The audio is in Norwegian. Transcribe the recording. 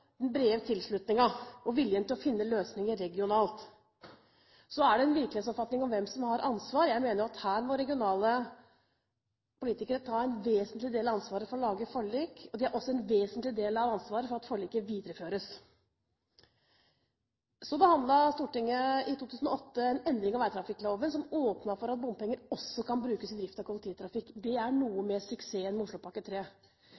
den brede tilslutningen og viljen til å finne løsninger regionalt. Så er det en virkelighetsoppfatning om hvem som har ansvaret. Jeg mener at her må regionale politikere ta en vesentlig del av ansvaret for å lage forlik. Det er også en vesentlig del av ansvaret at forliket videreføres. Så behandlet Stortinget i 2008 en endring av vegtrafikkloven som åpnet for at bompenger også kan brukes til drift av kollektivtrafikk. Det er